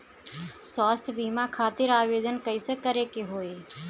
स्वास्थ्य बीमा खातिर आवेदन कइसे करे के होई?